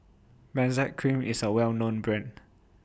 Benzac Cream IS A Well known Brand